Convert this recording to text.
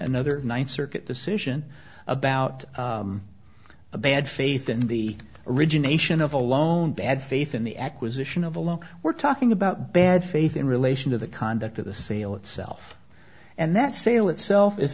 another one circuit decision about a bad faith in the origination of a loan bad faith in the acquisition of a loan we're talking about bad faith in relation to the conduct of the sale itself and that sale itself if